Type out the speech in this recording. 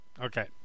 Okay